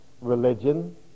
religion